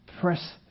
press